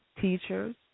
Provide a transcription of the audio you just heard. teachers